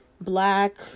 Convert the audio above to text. black